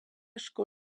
sco